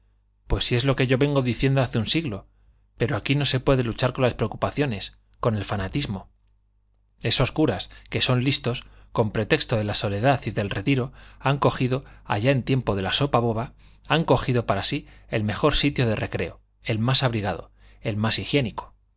pues si es lo que yo vengo diciendo hace un siglo pero aquí no se puede luchar con las preocupaciones con el fanatismo esos curas que son listos con pretexto de la soledad y el retiro han cogido allá en tiempo de la sopa boba han cogido para sí el mejor sitio de recreo el más abrigado el más higiénico